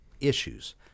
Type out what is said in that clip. issues